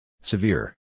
Severe